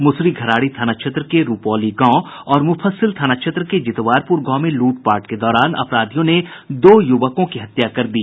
मुसरीघरारी थाना क्षेत्र के रुपौली गांव और मुफस्सिल थाना क्षेत्र के जितवारपूर गांव में लूट पाट के दौरान अपराधियों ने दो यूवकों की हत्या कर दी